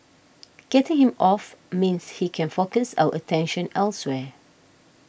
getting him off means he can focus our attention elsewhere